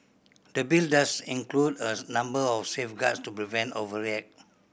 the Bill does include a number of safeguards to prevent overreach